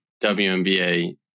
WNBA